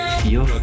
feel